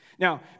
Now